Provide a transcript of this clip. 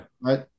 Right